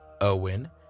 Owen